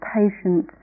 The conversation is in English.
patient